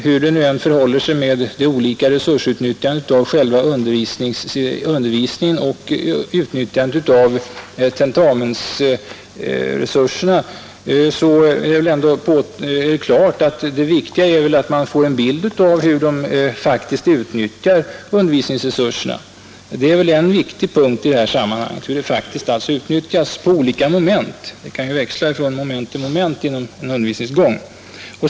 Hur det nu än förhåller sig med utnyttjandet av undervisningsresurserna och utnyttjandet av tentamensresurserna så är det väl ändå klart att det viktiga är att man får en bild av hur de studerande faktiskt utnyttjar undervisningsresurserna. Det är alltå en viktig punkt hur resurserna utnyttjas på olika moment. Det kan faktiskt växla från moment till moment under undervisningens gång.